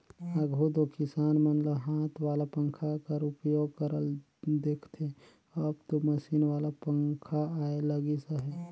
आघु दो किसान मन ल हाथ वाला पंखा कर उपयोग करत देखथे, अब दो मसीन वाला पखा आए लगिस अहे